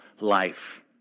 life